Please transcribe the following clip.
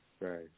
Right